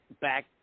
back